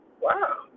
Wow